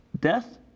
death